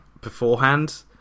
beforehand